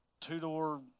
two-door